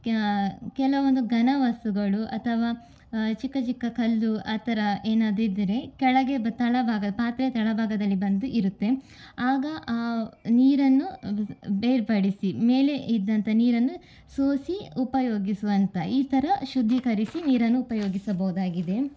ಕ್ಯಾ ಕೆಲವೊಂದು ಘನ ವಸ್ತುಗಳು ಅಥವಾ ಚಿಕ್ಕ ಚಿಕ್ಕ ಕಲ್ಲು ಆ ಥರ ಏನಾದರು ಇದ್ದರೆ ಕೆಳಗೆ ತಳ ಭಾಗ ಪಾತ್ರೆಯ ತಳಭಾಗದಲ್ಲಿ ಬಂದು ಇರುತ್ತೆ ಆಗ ಆ ನೀರನ್ನು ಬೇರ್ಪಡಿಸಿ ಮೇಲೆ ಇದ್ದಂಥ ನೀರನ್ನು ಸೋಸಿ ಉಪಯೋಗಿಸುವಂಥ ಈ ಥರ ಶುದ್ಧೀಕರಿಸಿ ನೀರನ್ನು ಉಪಯೋಗಿಸಬಹುದಾಗಿದೆ